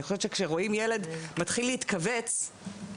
אני חושבת שרואים ילד מתחיל "להתכווץ"